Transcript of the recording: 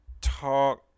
talk